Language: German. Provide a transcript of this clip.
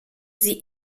sie